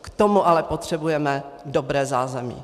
K tomu ale potřebujeme dobré zázemí.